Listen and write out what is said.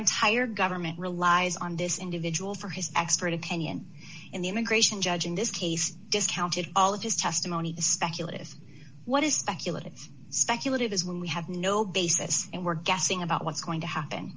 entire government relies on this individual for his expert opinion in the immigration judge in this case discounted all of his testimony is speculative what is speculative speculative is when we have no basis and we're guessing about what's going to happen